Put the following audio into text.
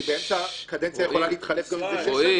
כי באמצע קדנציה גם יכולה להתחלף --- רועי,